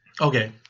Okay